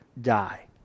die